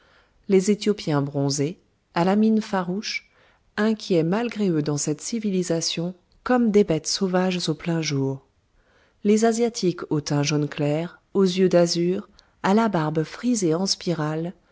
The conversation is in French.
les éthiopiens bronzés à la mine farouche inquiets malgré eux dans cette civilisation comme des bêtes sauvages au plein jour les asiatiques au teint jaune clair aux yeux d'azur à la barbe frisée en spirales